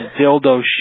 dildo